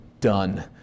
done